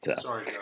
Sorry